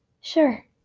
Sure